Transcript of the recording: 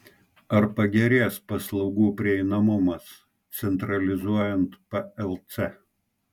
ar pagerės paslaugų prieinamumas centralizuojant plc